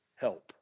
help